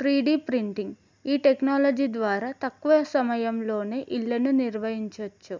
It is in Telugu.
త్రీ డి ప్రింటింగ్ ఈ టెక్నాలజీ ద్వారా తక్కువ సమయంలోనే ఇళ్ళను నిర్మించొచ్చు